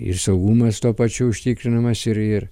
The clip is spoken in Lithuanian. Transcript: ir saugumas tuo pačiu užtikrinamas ir ir